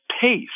pace